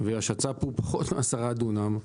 והשצ"פ הוא פחות מ-10 דונם.